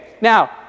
now